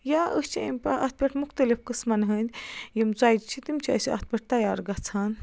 یا أسۍ چھِ أمۍ اَتھ پٮ۪ٹھ مُختٔلف قٕسمَن ہٕنٛدۍ یِم ژۄچہِ چھِ تِم چھِ أسۍ اَتھ پٮ۪ٹھ تیار گژھان